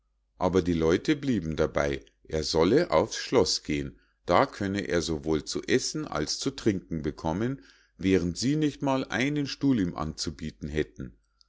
aber die leute blieben dabei er solle auf's schloß gehen da könne er sowohl zu essen als zu trinken bekommen während sie nicht einmal einen stuhl ihm anzubieten hätten